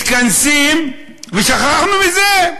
מתכנסים, ושכחנו מזה.